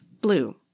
blue